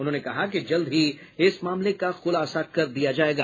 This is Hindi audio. उन्होंने कहा कि जल्द ही इस मामले का खुलासा कर लिया जायेगा